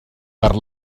per